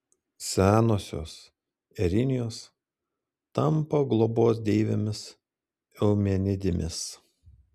senosios erinijos tampa globos deivėmis eumenidėmis